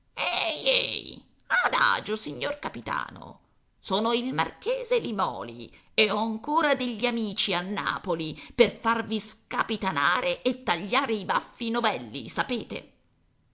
ehi adagio signor capitano sono il marchese limòli e ho ancora degli amici a napoli per farvi scapitanare e tagliare i baffi novelli sapete